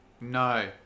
No